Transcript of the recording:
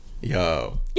Yo